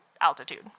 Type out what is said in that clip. altitude